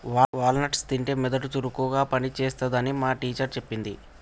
wall nuts తింటే మెదడు చురుకుగా పని చేస్తది అని మా టీచర్ చెప్పింది